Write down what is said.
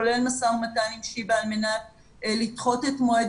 כולל משא ומתן עם שיבא על מנת לדחות את מועד